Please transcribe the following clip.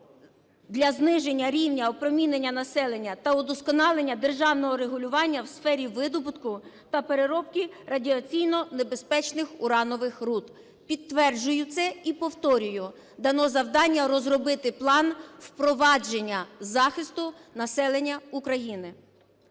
для зниження рівня опромінення населення та удосконалення державного регулювання у сфері видобутку та переробки радіаційно небезпечних уранових руд. Підтверджую це і повторюю. Дано завдання розробити план впровадження захисту населення України.